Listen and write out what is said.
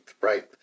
right